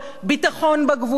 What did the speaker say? ביטחון בגבולות,